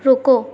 रुको